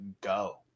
go